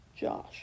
Josh